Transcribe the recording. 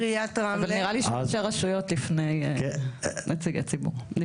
אבל נראה לי שראשי ראשיות לפני נציגי ציבור.